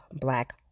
black